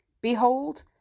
Behold